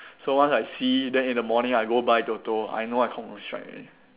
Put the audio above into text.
so once I see then in the morning I go buy Toto I know I confirm strike already